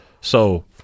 So-